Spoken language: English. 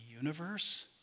universe